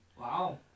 Wow